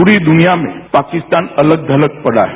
पूरी दुनिया में पाकिस्तान अलग थलग पड़ा है